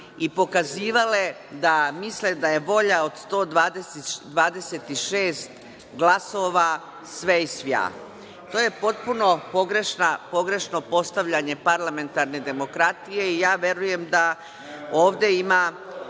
i pokazivale da misle da je volja od 126 glasova sve i svja. To je potpuno pogrešno postavljanje parlamentarne demokratije i ja verujem da ovde ima